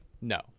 No